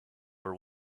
her